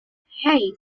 hey